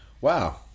Wow